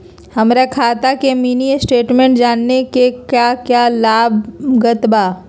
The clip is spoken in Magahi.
हमरा खाता के मिनी स्टेटमेंट जानने के क्या क्या लागत बा?